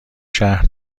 شهر